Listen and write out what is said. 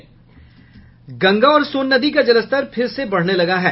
गंगा और सोन नदी का जलस्तर फिर से बढ़ने लगा है